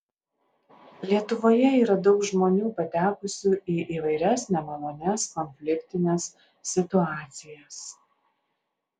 lietuvoje yra daug žmonių patekusių į įvairias nemalonias konfliktines situacijas